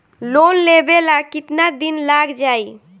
Loan लेबे ला कितना दिन लाग जाई?